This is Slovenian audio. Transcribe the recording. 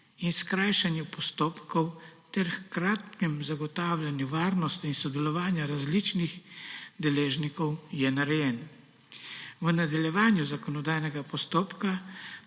in skrajšanju postopkov ter hkratnemu zagotavljanju varnosti in sodelovanja različnih deležnikov je narejen. V nadaljevanju zakonodajnega postopka